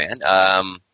man